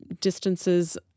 distances